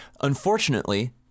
unfortunately